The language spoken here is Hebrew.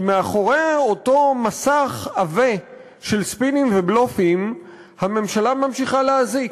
כי מאחורי אותו מסך עבה של ספינים ובלופים הממשלה ממשיכה להזיק: